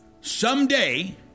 Someday